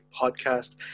podcast